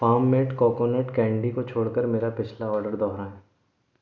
farm made coconut candy को छोड़कर मेरा पिछला आर्डर दोहराएँ